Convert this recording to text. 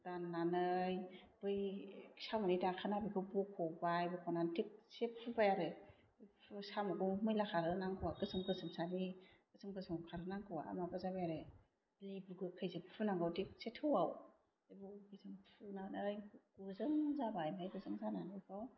दाननानै बै साम'नि दाखोना बेखौ बख'बाय बख'नानै थिगसे फुबाय आरो साम'खौ मैला खारहो नांगौआ गोसोम गोसोम सानि गोसोम गोसोम खारहो नांगौआ माबा जाबाय आरो लेबु गोखैसो फुनांगौ थिगसे थौवाव बेखौ बेजों फुनानै गोजों जाबाय ओमफाय गोजों जानानै बेखौ